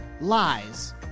lies